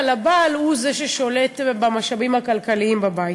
הבעל הוא ששולט במשאבים הכלכליים בבית,